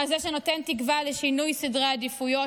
כזה שנותן תקווה לשינוי סדרי עדיפויות,